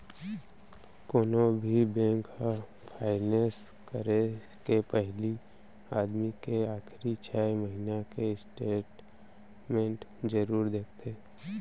कोनो भी बेंक ह फायनेंस करे के पहिली आदमी के आखरी छै महिना के स्टेट मेंट जरूर देखथे